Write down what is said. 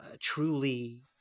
truly